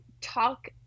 talk